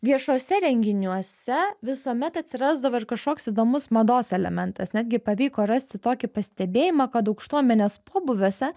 viešuose renginiuose visuomet atsirasdavo ir kažkoks įdomus mados elementas netgi pavyko rasti tokį pastebėjimą kad aukštuomenės pobūviuose